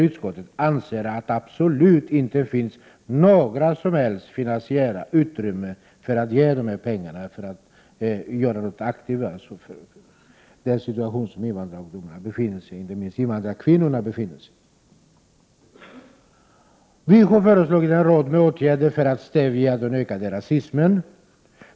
Utskottet anser att det absolut inte finns något som helst finansiellt utrymme för att anslå dessa pengar, för att alltså göra något aktivt i den situation som invandrarungdomarna och inte minst invandrarkvinnorna befinner sig i. Vpk har föreslagit en rad åtgärder för att stävja den ökande rasismen.